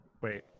wait